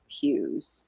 hues